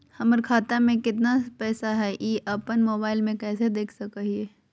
हमर खाता में केतना पैसा हई, ई अपन मोबाईल में कैसे देख सके हियई?